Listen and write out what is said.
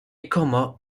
comma